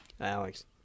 Alex